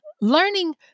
learning